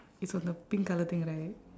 it's on the pink colour thing right